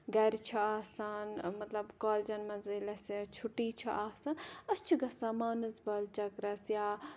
چھِ آسان مَطلَب کالجَن مَنٛز ییٚلہِ اَسہِ چھُٹی چھِ آسان أسۍ چھِ گَژھان مانٕزبَل چَکرَس یا